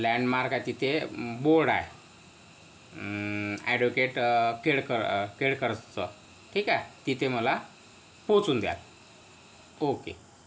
landmark आहे तिथे board आहे अॅडव्होकेट केळकर केळकर्सचं ठीक आहे तिथे मला पोहोचवून द्या ओके